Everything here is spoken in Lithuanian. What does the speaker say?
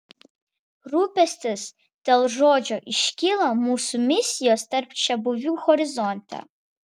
rūpestis dėl žodžio iškyla mūsų misijos tarp čiabuvių horizonte